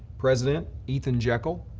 president, ethan jekel,